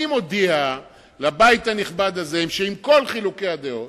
אני מודיע לבית הנכבד הזה, שעם כל חילוקי הדעות